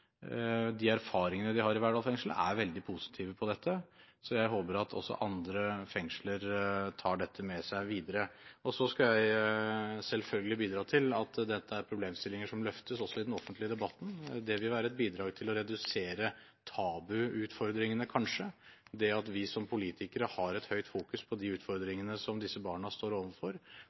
De erfaringene de har i Verdal fengsel, er veldig positive på dette, så jeg håper at også andre fengsler tar dette med seg videre. Jeg skal selvfølgelig bidra til at disse problemstillingene løftes også i den offentlige debatten. Det vil kanskje være et bidrag til å redusere tabuutfordringene at vi som politikere i høy grad fokuserer på de utfordringene som disse barna står